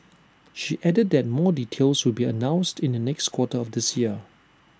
she added that more details will be announced in the next quarter of this year